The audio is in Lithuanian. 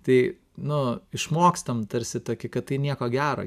tai nu išmokstam tarsi tokį kad tai nieko gero